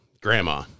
grandma